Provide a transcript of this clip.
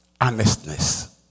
honestness